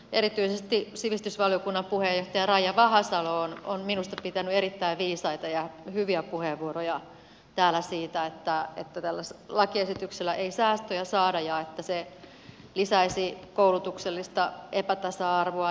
erityisesti sivistysvaliokunnan puheenjohtaja raija vahasalo on minusta pitänyt erittäin viisaita ja hyviä puheenvuoroja täällä siitä että tällä lakiesityksellä ei säästöjä saada ja että se lisäisi koulutuksellista epätasa arvoa